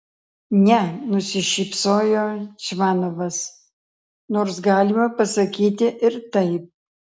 ne nusišypsojo čvanovas nors galima pasakyti ir taip